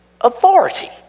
authority